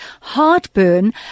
heartburn